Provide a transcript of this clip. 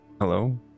Hello